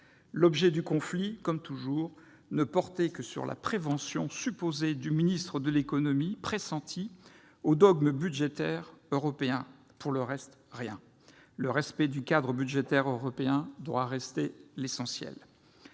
L'objet du conflit, comme toujours, ne portait que sur les préventions supposées du ministre de l'économie pressenti contre les dogmes budgétaires européens. Pour le reste, rien ! Le respect du cadre budgétaire européen doit rester l'essentiel.